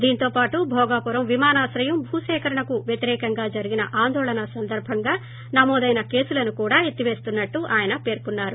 దీంతో పాటు భోగాపురం విమానాశ్రయం భూసీకరణకు వ్యతిరేకంగా జరిగిన ఆందోళన సందర్బంగా నమోదైన కేసులను కూడా ఎత్తివేస్తున్నట్లు ఆయన పేర్కొన్నారు